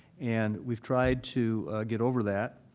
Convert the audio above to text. and we've tried to get over that.